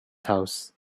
house